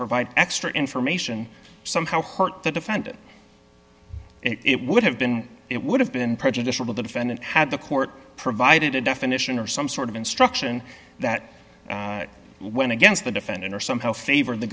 provide extra information somehow hurt the defendant it would have been it would have been prejudicial to the defendant had the court provided a definition or some sort of instruction that went against the defendant or somehow favored the